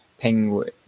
Penguin